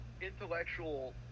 intellectual